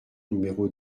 numéro